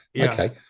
Okay